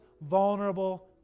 vulnerable